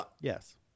Yes